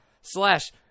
slash